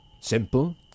Simple